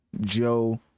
Joe